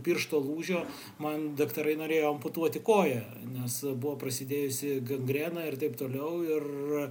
piršto lūžio man daktarai norėjo amputuoti koją nes buvo prasidėjusi gangrena ir taip toliau ir